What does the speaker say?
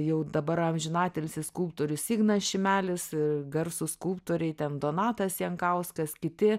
jau dabar amžinatilsį skulptorius ignas šimelis ir garsūs skulptoriai ten donatas jankauskas kiti